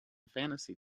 fantasy